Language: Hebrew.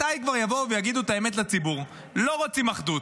מתי כבר יבואו ויגידו את האמת לציבור: לא רוצים אחדות,